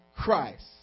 Christ